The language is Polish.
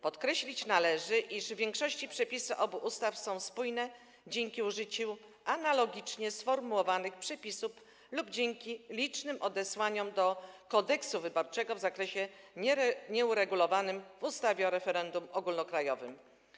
Podkreślić należy, iż przepisy obu ustaw są w większości spójne dzięki użyciu analogicznie sformułowanych zapisów lub dzięki licznym odesłaniom do Kodeksu wyborczego w zakresie nieuregulowanym w ustawie o referendum ogólnokrajowym.